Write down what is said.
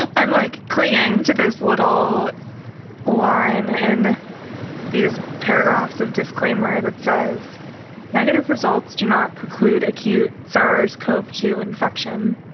i'm like clinging to this little line in these paragraphs of disclaimer that says negative results do not preclude acute saas cove to infection,